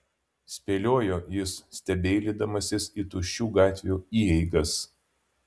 spėliojo jis stebeilydamasis į tuščių gatvių įeigas